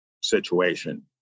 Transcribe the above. situation